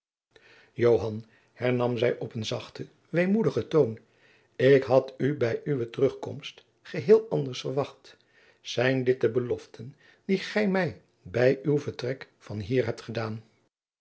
hernam zij op een zachten weemoedigen toon ik had u bij uwe terugkomst geheel anders verwacht zijn dit de beloften die gij mij bij uw vertrek van hier hebt gedaan